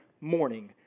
morning